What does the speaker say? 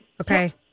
Okay